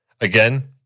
Again